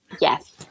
Yes